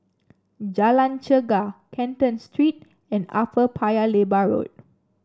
Jalan Chegar Canton Street and Upper Paya Lebar Road